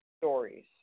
stories